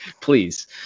Please